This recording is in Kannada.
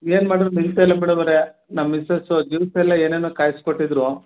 ಏನು ಮಾಡಿದ್ರೂ ನಿಲ್ತಾ ಇಲ್ಲ ಮೇಡಮವ್ರೆ ನಮ್ಮ ಮಿಸ್ಸಸು ಜ್ಯೂಸೆಲ್ಲ ಏನೇನೋ ಕಾಯಿಸ್ಕೊಟ್ಟಿದ್ರು